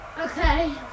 Okay